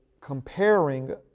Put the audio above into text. comparing